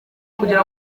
kugira